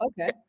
okay